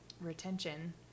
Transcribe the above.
retention